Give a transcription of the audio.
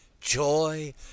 joy